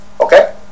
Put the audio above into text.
Okay